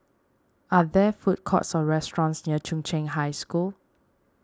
are there food courts or restaurants near Chung Cheng High School